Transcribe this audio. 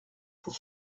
pour